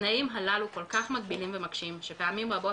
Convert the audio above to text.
התנאים הללו כל כך מגבילים ומקשים שפעמים רבות